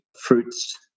fruits